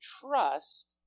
trust